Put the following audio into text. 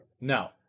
No